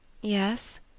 Yes